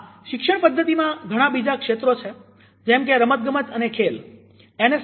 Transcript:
હા શિક્ષણ પદ્ધતિમાં ઘણા બીજા ક્ષેત્રો છે જેમ કે રમત ગમત અને ખેલ એન